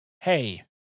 hey